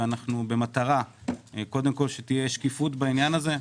אנחנו במטרה קודם כל שתהיה שקיפות בעניין הזה.